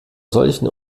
solchen